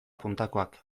puntakoak